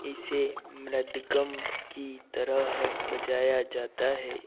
इसे मृदगम्ब की तरह बजाया जाता है